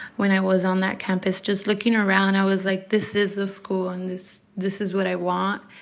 when i was on that campus just looking around, i was like, this is the school. and this this is what i want